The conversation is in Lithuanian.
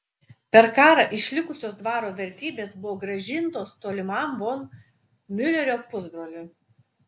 per karą išlikusios dvaro vertybės buvo grąžintos tolimam von miulerio pusbroliui